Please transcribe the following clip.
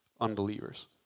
unbelievers